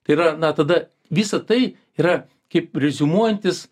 tai yra na tada visa tai yra kaip reziumuojantis